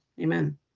Amen